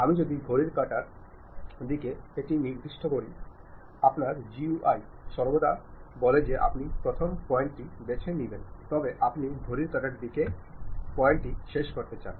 আমি যদি ঘড়ির কাঁটার দিকনির্দেশ করতে যাই আপনার GUI সর্বদা বলে যে আপনি প্রথম পয়েন্টটি বেছে নিয়েছেন তবে আপনি ঘড়ির কাঁটার দিক দিয়ে পয়েন্টটি শেষ করতে চান